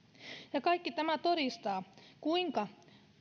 ja kaikki tämä todistaa kuinka